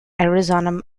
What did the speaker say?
arizona